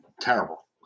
terrible